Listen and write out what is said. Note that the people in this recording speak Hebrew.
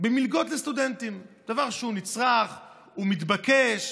במלגות לסטודנטים, דבר שהוא נצרך, הוא מתבקש.